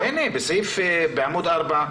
הינה, בעמוד 4,